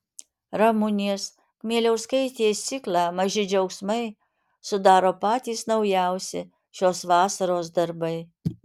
ramunės kmieliauskaitės ciklą maži džiaugsmai sudaro patys naujausi šios vasaros darbai